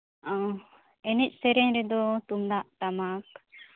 ᱚ ᱮᱱᱮᱡ ᱥᱮᱨᱮᱧ ᱨᱮᱫᱚ ᱛᱩᱢᱫᱟᱜ ᱴᱟᱢᱟᱠ